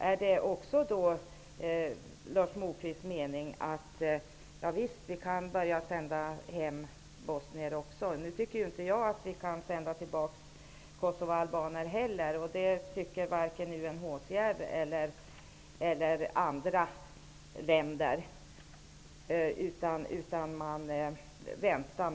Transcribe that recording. Är det då Lars Moquists mening att Sverige kan börja att sända hem också bosnier? Personligen tycker jag att vi inte kan sända hem kosovoalbaner heller. Det tycker man inte heller i UNHCR och i andra länder, utan man avvaktar.